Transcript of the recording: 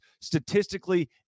statistically